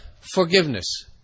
Forgiveness